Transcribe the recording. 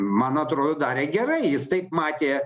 man atrodo darė gerai jis taip matė